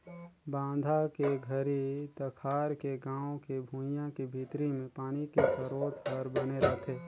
बांधा के घरी तखार के गाँव के भुइंया के भीतरी मे पानी के सरोत हर बने रहथे